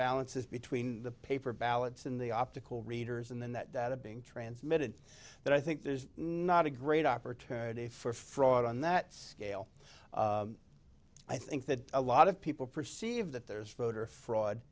balances between the paper ballots in the optical readers and then that data being transmitted that i think there's not a great opportunity for fraud on that scale i think that a lot of people perceive that there